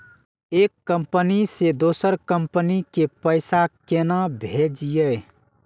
एक कंपनी से दोसर कंपनी के पैसा केना भेजये?